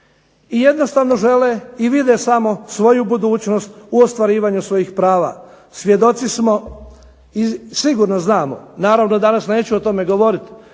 I jednostavno žele i vide samo svoju budućnost u ostvarivanju svojih prava. Svjedoci smo i sigurno znamo naravno danas neću o tome govoriti,